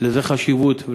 לזה חשיבות,